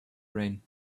rain